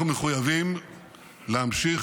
אנחנו מחויבים להמשיך